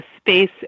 space